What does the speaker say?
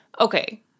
Okay